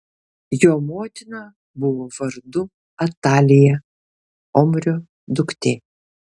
jo motina buvo vardu atalija omrio duktė